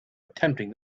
attempting